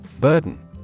Burden